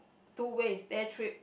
two ways day trip